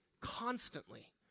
constantly